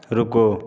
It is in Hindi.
रुको